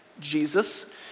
Jesus